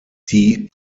die